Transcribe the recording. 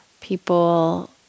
people